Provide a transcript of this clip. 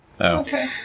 Okay